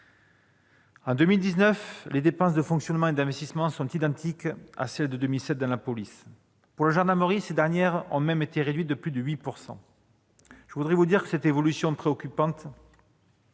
En 2019, les dépenses de fonctionnement et d'investissement sont identiques à celles de 2007 dans la police. Pour la gendarmerie ces dernières ont même été réduites de plus de 8 %! Cette évolution est préoccupante,